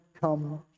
come